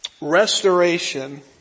restoration